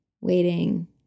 waiting